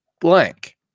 blank